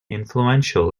influential